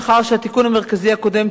מאחר שהתיקון המרכזי הקודם,